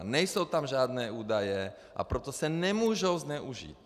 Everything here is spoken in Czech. Nejsou tam žádné údaje, a proto se nemůžou zneužít.